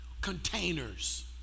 containers